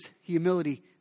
humility